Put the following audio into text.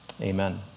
Amen